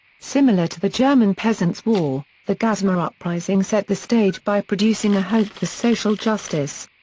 similar to the german peasants' war, the gasmair uprising set the stage by producing a hope for social justice.